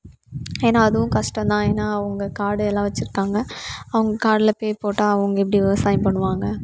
ஏன்னா அதுவும் கஷ்டம்தான் ஏன்னா அவங்க காடு எல்லாம் வச்சுருக்காங்க அவங்க காட்டுல போய் போட்டால் அவங்க எப்படி விவசாயம் பண்ணுவாங்க